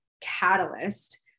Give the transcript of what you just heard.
catalyst